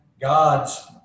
God's